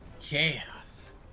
Chaos